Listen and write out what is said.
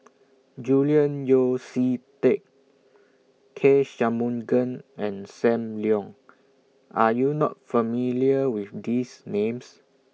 Julian Yeo See Teck K Shanmugam and SAM Leong Are YOU not familiar with These Names